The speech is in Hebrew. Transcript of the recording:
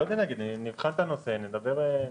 לא יודע להגיד, נבחן את הנושא, נדבר.